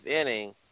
inning